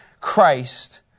Christ